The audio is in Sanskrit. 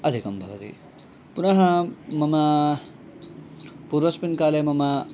अधिकं भवति पुनः मम पूर्वस्मिन्काले मम